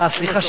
סליחה,